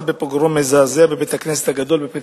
בפוגרום מזעזע בבית-הכנסת הגדול בפתח-תקווה",